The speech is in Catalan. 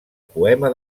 poema